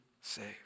saved